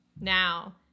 now